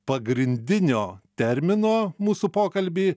pagrindinio termino mūsų pokalby